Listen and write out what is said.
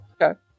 Okay